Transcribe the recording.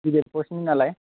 गिदिर पस्टनि नालाय